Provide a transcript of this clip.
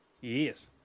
Yes